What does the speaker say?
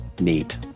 Neat